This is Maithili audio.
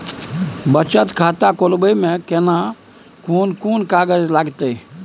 बचत खाता खोलबै में केना कोन कागज लागतै?